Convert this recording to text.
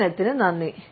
സേവനത്തിന് നന്ദി